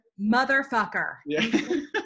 Motherfucker